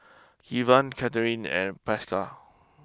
Kevan Kathrine and Pascal